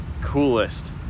coolest